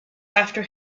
after